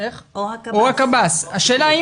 או הקב"ס.